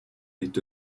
est